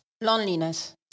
loneliness